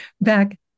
back